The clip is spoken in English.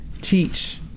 teach